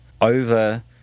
over